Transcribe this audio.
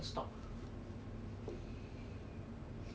that time charmaine [one] her [one] extend right